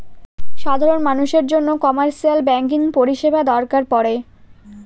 সাধারন মানুষের জন্য কমার্শিয়াল ব্যাঙ্কিং পরিষেবা দরকার পরে